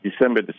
December